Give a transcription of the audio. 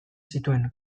zituen